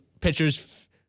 pitchers